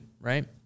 right